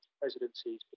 presidencies